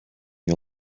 you